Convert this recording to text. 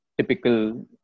typical